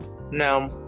Now